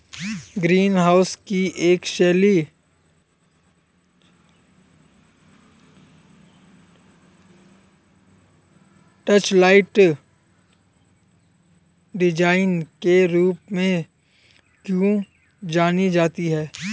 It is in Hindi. ग्रीन हाउस की एक शैली डचलाइट डिजाइन के रूप में क्यों जानी जाती है?